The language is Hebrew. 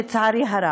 לצערי הרב.